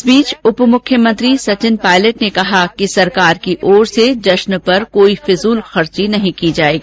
इस बीच उपमुख्यमंत्री सचिन पायलट ने कहा है कि सरकार की ओर से जश्न पर कोई फिजूल खर्ची नहीं की जायेगी